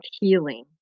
healing